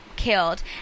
killed